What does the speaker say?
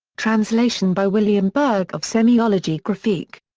translation by william berg of semiologie graphique.